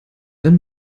wenn